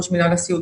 ראש מינהל הסיעוד,